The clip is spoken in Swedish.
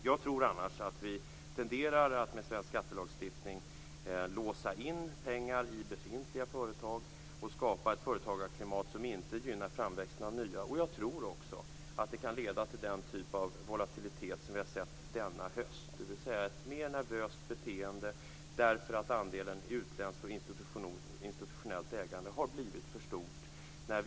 Jag tror annars att vi tenderar att med svensk skattelagstiftning låsa in pengar i befintliga företag och skapa ett företagarklimat som inte gynnar framväxten av nya. Jag tror också att det kan leda till den typ av volatilitet som vi har sett denna höst, dvs. ett mer nervöst beteende, därför att andelen utländskt och institutionellt ägande har blivit för stor.